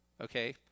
okay